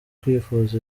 kwifuriza